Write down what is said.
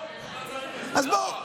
אז לא.